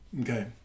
Okay